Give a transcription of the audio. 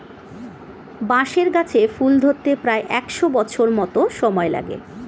বাঁশের গাছে ফুল ধরতে প্রায় একশ বছর মত লেগে যায়